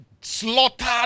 slaughtered